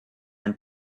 and